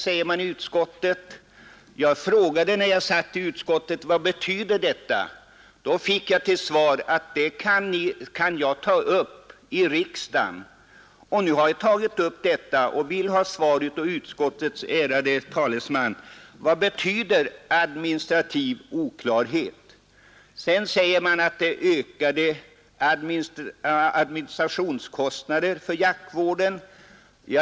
När jag satt i utskottet frågade jag vad detta betydde och fick till svar att jag kunde ställa denna fråga i kammaren. Det har jag nu gjort Nr 62 och vill ha ett svar av utskottets ärade talesman. Vad betyder uttrycket Torsdagen den ”administrativ oklarhet”? 20 april 1972 Utskottet framhåller vidare att det skulle bli fråga om ökade —LL administrationskostnader för jaktvården.